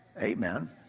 Amen